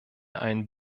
einen